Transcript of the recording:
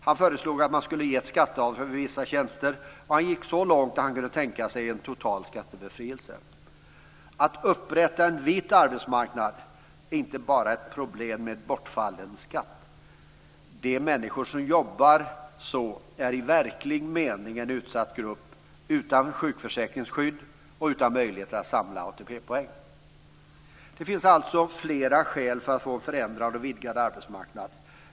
Han föreslog att man skulle ge ett skatteavdrag för vissa tjänster, och han gick så långt att han sade att han kunde tänka sig en total skattebefrielse. Viljan att upprätta en vit arbetsmarknad är inte bara ett uttryck för problem med bortfallen skatt. De människor som jobbar svart är i verklig mening en utsatt grupp utan sjukförsäkringsskydd och utan möjligheter att samla ATP-poäng. Det finns alltså flera skäl för en förändrad och vidgad arbetsmarknad.